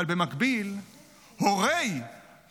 אבל במקביל ההורים